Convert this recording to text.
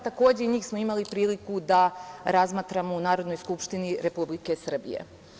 Takođe i njih smo imali priliku da razmatramo u Narodnoj skupštini Republike Srbije.